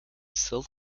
still